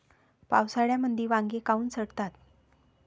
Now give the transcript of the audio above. पावसाळ्यामंदी वांगे काऊन सडतात?